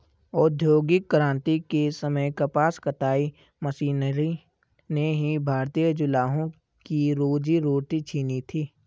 औद्योगिक क्रांति के समय कपास कताई मशीनरी ने ही भारतीय जुलाहों की रोजी रोटी छिनी थी